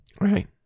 Right